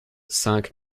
cinq